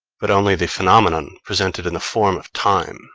but only the phenomenon presented in the form of time